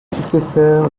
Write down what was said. successeur